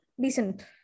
decent